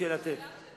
השאלה שלי